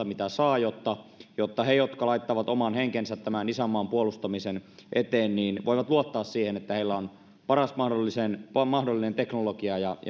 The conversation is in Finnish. mitä saa jotta jotta he jotka laittavat oman henkensä tämän isänmaan puolustamisen eteen voivat luottaa siihen että heillä on paras mahdollinen teknologia ja